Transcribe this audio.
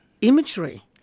imagery